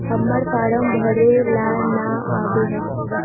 हम्मर फारम भरे ला न आबेहय?